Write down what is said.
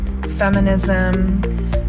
feminism